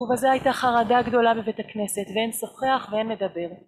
ובזה הייתה חרדה גדולה בבית הכנסת ואין שוחח ואין מדבר